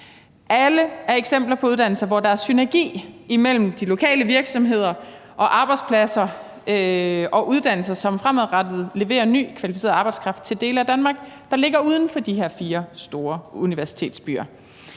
Alle er eksempler på uddannelser, hvor der er synergi imellem de lokale virksomheder og arbejdspladser og uddannelser, som fremadrettet leverer ny kvalficeret arbejdskraft til dele af Danmark, der ligger uden for de her fire store universitetsbyer.